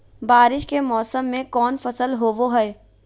बारिस के मौसम में कौन फसल होबो हाय?